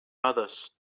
others